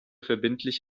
verbindlich